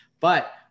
but-